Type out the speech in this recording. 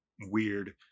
weird